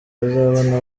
bazabona